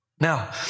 Now